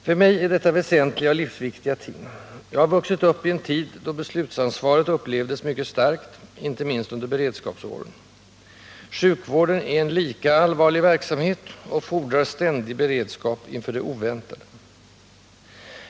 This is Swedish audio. För mig är detta väsentliga och livsviktiga ting. Jag har vuxit upp i en tid då beslutsansvaret upplevdes mycket starkt, inte minst under beredskapsåren. Sjukvården är en lika allvarlig verksamhet och fordrar ständig beredskap inför det oväntade.